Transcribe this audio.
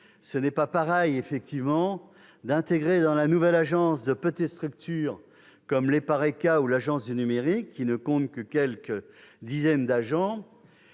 ce n'est pas la même chose d'intégrer dans la nouvelle agence de petites structures comme l'EPARECA ou l'Agence du numérique, qui ne comptent que quelques dizaines d'agents,